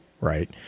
right